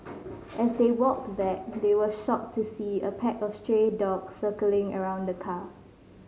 as they walked back they were shocked to see a pack of stray dogs circling around the car